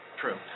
True